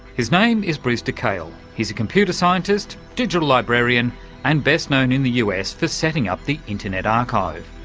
his name is brewster kahle, he's a computer scientist, digital librarian and best known in the us for setting up the internet archive,